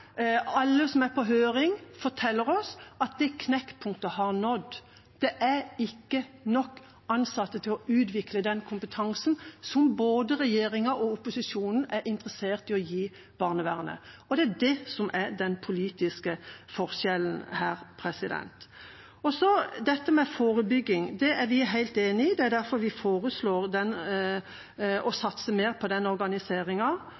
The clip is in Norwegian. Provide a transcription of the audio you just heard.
alle som er på høring, forteller oss, er at det knekkpunktet er nådd. Det er ikke nok ansatte til å utvikle den kompetansen som både regjeringa og opposisjonen er interessert i å gi barnevernet. Det er det som er den politiske forskjellen her. Så til dette med forebygging. Det er vi helt enig i. Det er derfor vi foreslår å satse mer på den